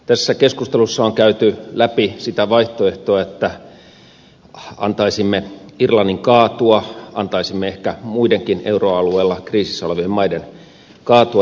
tässä keskustelussa on käyty läpi sitä vaihtoehtoa että antaisimme irlannin kaatua antaisimme ehkä muidenkin euroalueella kriisissä olevien maiden kaatua